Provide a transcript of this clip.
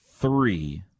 three